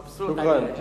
חנין.